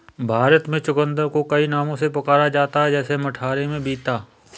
भारत में चुकंदर को कई नामों से पुकारा जाता है जैसे मराठी में बीता